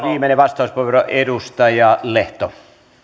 viimeinen vastauspuheenvuoro edustaja lehto